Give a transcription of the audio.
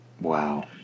Wow